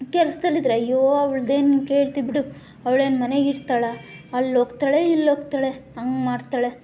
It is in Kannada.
ಕೆಲ್ಸದಲ್ಲಿದ್ದರೆ ಅಯ್ಯೋ ಅವ್ಳದ್ದೇನು ಕೇಳ್ತೀ ಬಿಡು ಅವಳೇನು ಮನೆಗೆ ಇರ್ತಾಳ ಅಲ್ಲೋಗ್ತಾಳೆ ಇಲ್ಲೋಗ್ತಾಳೆ ಹಾಗೆ ಮಾಡ್ತಾಳೆ